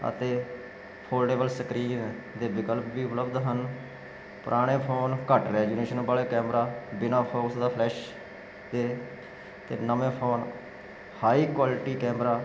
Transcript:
ਅਤੇ foldable screen ਦੇ ਵਿਕਲਪ ਵੀ ਉਪਲੱਬਧ ਹਨ ਪੁਰਾਣੇ ਫੋਨ ਘੱਟ ਲੈਜੀਨੇਸ਼ਨ ਵਾਲੇ ਕੈਮਰਾ ਬਿਨਾਂ ਫਓਰਸ ਦਾ ਫਲੈਸ਼ ਤੇ ਤੇ ਨਵੇਂ ਫੋਨ ਹਾਈ ਕੁਆਲਟੀ ਕੈਮਰਾ